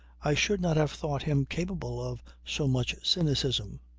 i should not have thought him capable of so much cynicism.